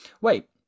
wait